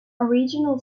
original